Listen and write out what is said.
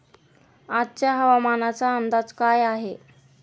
आजचा हवामानाचा अंदाज काय आहे?